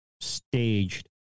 staged